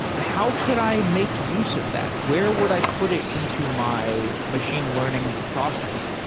how could i make use of that? where would i put it into my machine learning process?